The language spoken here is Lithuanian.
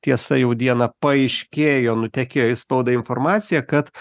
tiesa jau dieną paaiškėjo nutekėjo į spaudą informacija kad